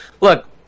look